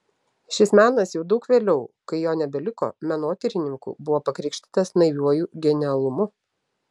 šis menas jau daug vėliau kai jo nebeliko menotyrininkų buvo pakrikštytas naiviuoju genialumu